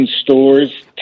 stores